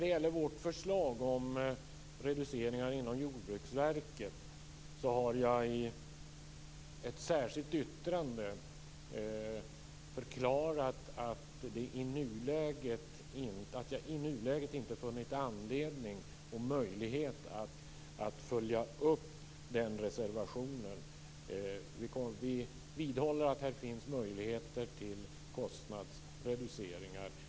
Jag har i ett särskilt yttrande förklarat angående vårt förslag om reducering inom Jordbruksverket att jag i nuläget inte funnit anledning och möjlighet att följa upp reservationen. Vi vidhåller att här finns möjligheter till kostnadsreduceringar.